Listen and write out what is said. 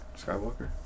Skywalker